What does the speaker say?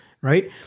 Right